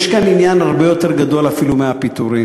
יש כאן עניין הרבה יותר גדול אפילו מהפיטורים,